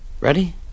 Ready